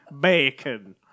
Bacon